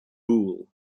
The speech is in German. rule